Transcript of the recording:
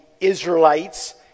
Israelites